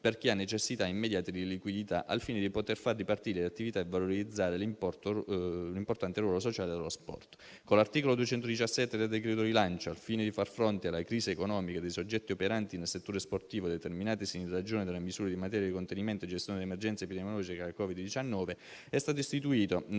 per chi ha necessità immediate di liquidità, al fine di poter far ripartire le attività e valorizzare l'importante ruolo sociale dello sport. Con l'articolo 217 del decreto rilancio, al fine di far fronte alla crisi economica dei soggetti operanti nel settore sportivo determinatasi in ragione delle misure in materia di contenimento e gestione dell'emergenza epidemiologica da Covid-19, è stato istituito, nello